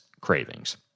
cravings